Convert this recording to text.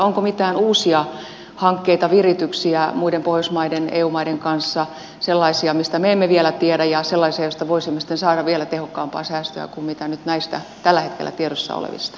onko mitään uusia hankkeita virityksiä muiden pohjoismaiden eu maiden kanssa sellaisia mistä me emme vielä tiedä ja sellaisia joista voisimme sitten saada vielä tehokkaampaa säästöä kuin mitä nyt näistä tällä hetkellä tiedossa olevista